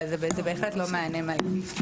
אבל זה בהחלט לא מענה מלא.